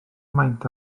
maint